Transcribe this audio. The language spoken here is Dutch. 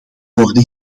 worden